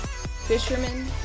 fishermen